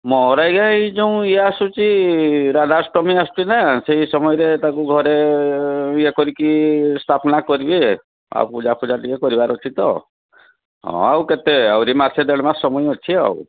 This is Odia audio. ମୋର ଆଜ୍ଞା ଇଏ ଯୋଉଁ ଇଏ ଆସୁଛି ରାଧାଷ୍ଟମୀ ଆସୁଛି ନା ସେଇ ସମୟରେ ତାକୁ ଘରେ ଇଏ କରିକି ସ୍ଥାପନା କରିବେ ଆଉ ପୂଜା ଫୁଜା ଟିକିଏ କରିବାର ଅଛି ତ ହଁ ଆଉ କେତେ ଆହୁରି ମାସେ ଦେଢ଼ ମାସ ସମୟ ଅଛି ଆଉ